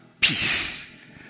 peace